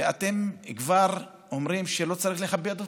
ואתם כבר אומרים שלא צריך לכבד אותו?